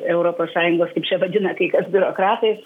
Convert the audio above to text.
europos sąjungos kaip čia vadina kai kas biurokratais